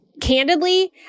candidly